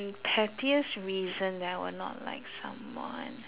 pettiest reason that I will not like someone